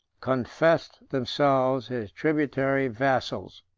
confessed themselves his tributary vassals.